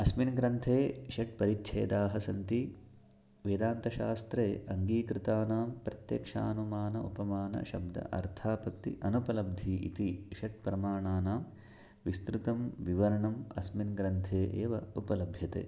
अस्मिन् ग्रन्थे षट् परिच्छेदाः सन्ति वेदान्तशास्त्रे अङ्गीकृतानां प्रत्यक्षानुमान उपमानशब्द अर्थापत्ति अनुपलब्धि इति षट्प्रमाणानां विस्तृतं विवरणम् अस्मिन् ग्रन्थे एव उपलभ्यते